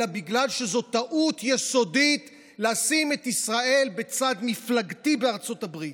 אלא בגלל שזו טעות יסודית לשים את ישראל בצד מפלגתי בארצות הברית.